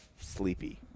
sleepy